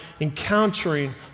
encountering